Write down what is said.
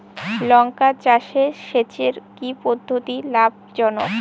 লঙ্কা চাষে সেচের কি পদ্ধতি লাভ জনক?